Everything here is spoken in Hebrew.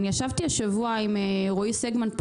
ישבתי השבוע עם רועי סגמן,